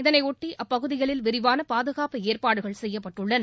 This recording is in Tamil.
இதனைபொட்டி அப்பகுதிகளில் விரிவான பாதுகாப்பு ஏற்பாடுகள் செய்யப்பட்டுள்ளன